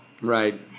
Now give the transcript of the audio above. Right